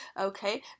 okay